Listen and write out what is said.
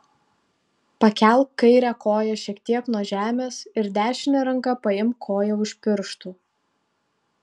pakelk kairę koją šiek tiek nuo žemės ir dešine ranka paimk koją už pirštų